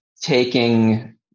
taking